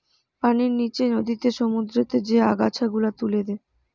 পানির নিচে নদীতে, সমুদ্রতে যে আগাছা গুলা তুলে দে